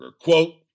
quote